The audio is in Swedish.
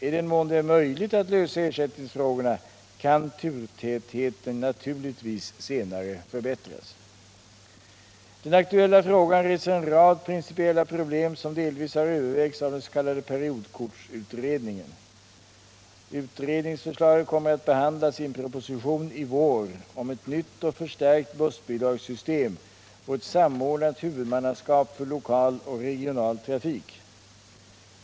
I den mån det är möjligt att lösa ersättningsfrågorna kan turtätheten naturligtvis senare förbättras. Den aktuella frågan reser en rad principiella problem som delvis har övervägts av den s.k. periodkortsutredningen. Utredningsförslaget kommer att behandlas i en proposition i vår om ett nytt och förstärkt bussbidragssystem och ett samordnat huvudmannaskap för lokal och regional trafik.